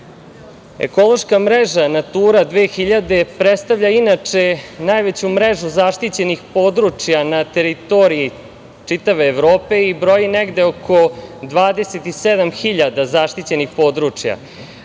rešenja. Ekološka mreža „Natura 2000“ predstavlja, inače, najveću mrežu zaštićenih područja na teritoriji čitave Evrope i broji negde oko 27.000 zaštićenih područja.